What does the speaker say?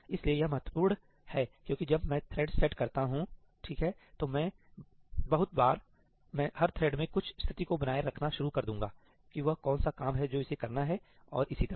इसलिए यह महत्वपूर्ण है क्योंकि जब मैं थ्रेड्स सेट करता हूं ठीक है तो बहुत बार मैं हर थ्रेड में कुछ स्थिति को बनाए रखना शुरू कर दूंगा कि वह कौन सा काम है जो इसे करना है और इसी तरह